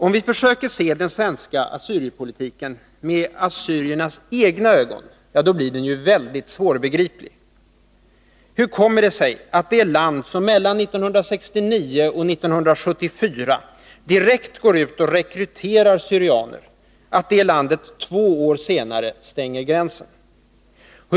Om vi försöker se den svenska assyrierpolitiken med assyriernas egna ögon blir den svårbegriplig: Hur kommer det sig att det land som mellan 1969 och 1974 direkt går ut och rekryterar syrianer två år senare stänger gränsen för dem?